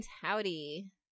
Howdy